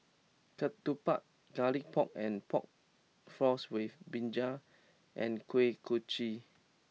Ketupat Garlic Pork and Pork Floss with Brinjal and Kuih Kochi